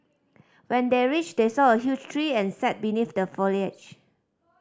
when they reached they saw a huge tree and sat beneath the foliage